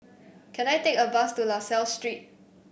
can I take a bus to La Salle Street